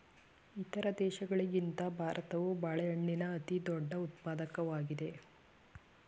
ಇತರ ದೇಶಗಳಿಗಿಂತ ಭಾರತವು ಬಾಳೆಹಣ್ಣಿನ ಅತಿದೊಡ್ಡ ಉತ್ಪಾದಕವಾಗಿದೆ